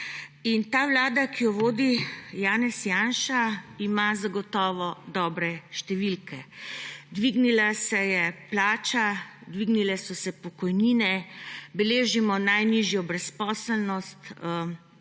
Ta vlada, ki jo vodi Janez Janša, ima zagotovo dobre številke, dvignila se je plača, dvignile so se pokojnine, beležimo najnižjo brezposelnost,